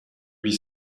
huit